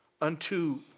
unto